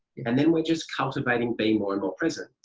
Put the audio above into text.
and then we're just cultivating being more and more present.